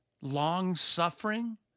Long-suffering